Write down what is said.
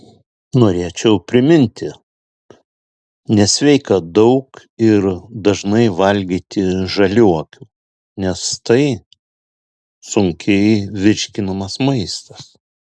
norėčiau priminti nesveika daug ir dažnai valgyti žaliuokių nes tai sunkiai virškinamas maistas